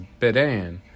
Bedan